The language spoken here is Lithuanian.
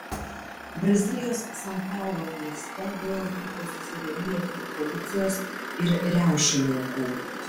brazilijos san paulo mieste vėl vyko susirėmimai tarp policijos ir riaušininkų